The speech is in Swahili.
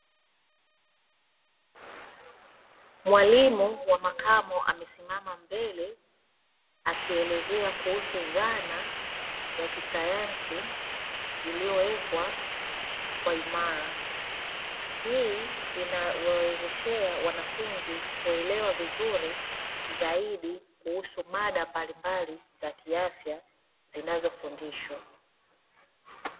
Mwalimu wa makamo amesimama mbele akielezea kuhusu zana ya kisayansi iliowekwa kwa imara, hii inawaezeshea wanafunzi kuelewa vizuri zaidi kuhusu mada mbalimbali za kiafya zinazofundishwa.